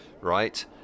right